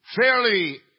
fairly